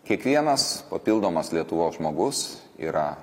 kiekvienas papildomas lietuvos žmogus yra